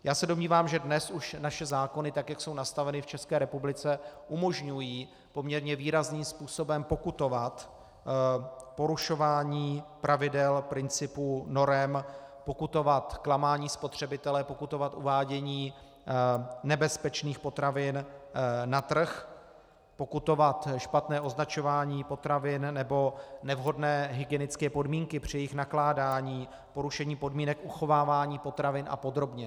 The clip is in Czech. Já se domnívám, že dnes už naše zákony, tak jak jsou nastaveny v České republice, umožňují poměrně výrazným způsobem pokutovat porušování pravidel, principů, norem, pokutovat klamání spotřebitele, pokutovat uvádění nebezpečných potravin na trh, pokutovat špatné označování potravin nebo nevhodné hygienické podmínky při jejich nakládání, porušení podmínek uchovávání potravin apod.